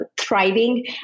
thriving